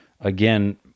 again